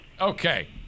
okay